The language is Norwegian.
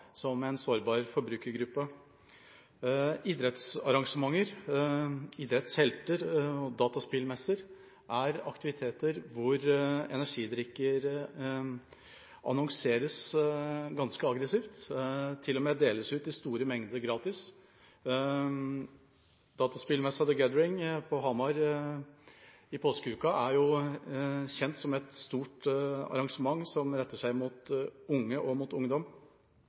som en sårbar forbrukergruppe. Idrettsarrangementer – idrettshelter – og dataspillmesser er aktiviteter hvor energidrikker annonseres ganske aggressivt, og det deles til og med ut i store mengder gratis. Dataspillmessen The Gathering på Hamar i påskeuka er jo kjent som et stort arrangement som retter seg mot ungdom, og